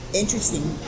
interesting